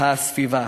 הסביבה.